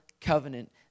covenant